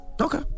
Okay